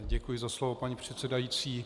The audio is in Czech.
Děkuji za slovo, paní předsedající.